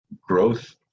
growth